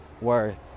worth